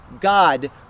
God